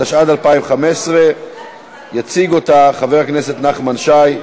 התשע"ד 2014. יציג אותה חבר הכנסת נחמן שי.